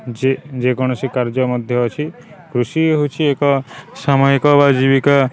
ଯେ ଯେକୌଣସି କାର୍ଯ୍ୟ ମଧ୍ୟ ଅଛି କୃଷି ହେଉଛି ଏକ ସାମୟିକ ବା ଜୀବିକା